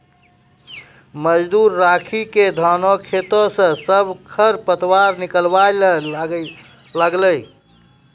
मजदूर राखी क धानों खेतों स सब खर पतवार निकलवाय ल लागलै